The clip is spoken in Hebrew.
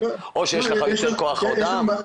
או שיש לך יותר כח אדם,